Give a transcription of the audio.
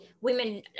women